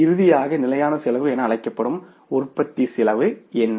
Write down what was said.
இறுதியாக நிலையான செலவு என அழைக்கப்படும் உற்பத்தி செலவு என்ன